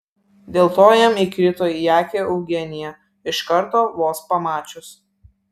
dėl to jam įkrito į akį eugenija iš karto vos pamačius